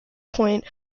point